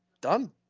done